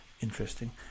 interesting